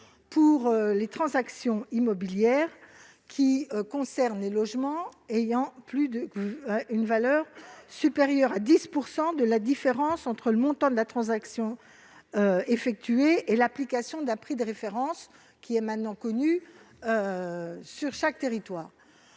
pour les transactions immobilières qui concernent les logements dont la valeur est supérieure à 10 % de la différence entre le montant de la transaction effectuée et l'application d'un prix de référence sur chaque territoire.